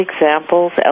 examples